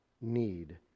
need